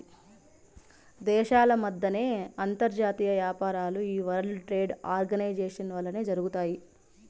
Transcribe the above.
దేశాల మద్దెన అంతర్జాతీయ యాపారాలు ఈ వరల్డ్ ట్రేడ్ ఆర్గనైజేషన్ వల్లనే జరగతాయి